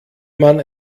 man